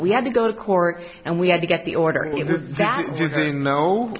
we had to go to court and we had to get the order that you know